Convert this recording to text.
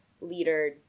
leader